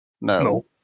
No